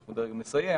אנחנו דרג מסייע